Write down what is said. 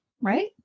right